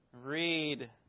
Read